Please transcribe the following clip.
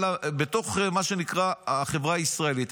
מה שנקרא, החברה הישראלית.